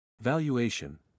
Valuation